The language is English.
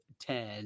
Ten